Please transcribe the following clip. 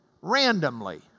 randomly